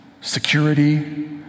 security